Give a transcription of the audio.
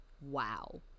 wow